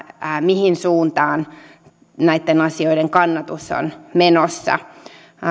mihin suuntaan näitten asioiden kannatus on menossa